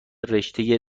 رشتهء